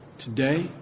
Today